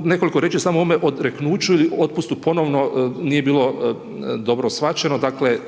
Nekoliko riječi samo o ovome odreknuću ili otpustu, ponovno nije bilo dobro shvaćeno, dakle,